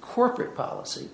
corporate policy